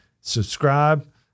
Subscribe